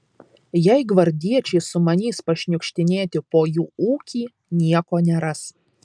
jei gvardiečiai sumanys pašniukštinėti po jų ūkį nieko neras